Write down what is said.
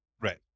right